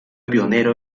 pionero